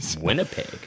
winnipeg